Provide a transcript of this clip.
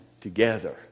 together